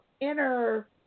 inner